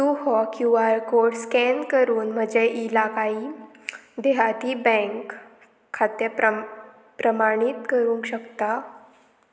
तूं हो Q R code scan करून म्हजे इलाकाही देहाती बँक खातें प्रम प्रमाणीत करूंक शकता